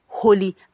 holy